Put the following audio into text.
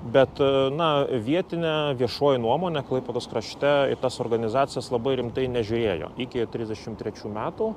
bet na vietinė viešoji nuomonė klaipėdos krašte į tas organizacijas labai rimtai nežiūrėjo iki trisdešimt trečių metų